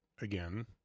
again